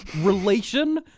relation